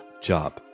job